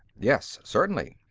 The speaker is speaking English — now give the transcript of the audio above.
yes, certainly.